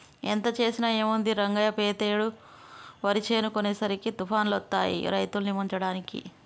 ఎంత చేసినా ఏముంది రంగయ్య పెతేడు వరి చేను కోసేసరికి తుఫానులొత్తాయి రైతుల్ని ముంచడానికి